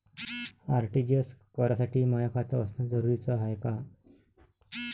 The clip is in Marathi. आर.टी.जी.एस करासाठी माय खात असनं जरुरीच हाय का?